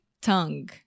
tongue